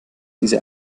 diese